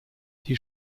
die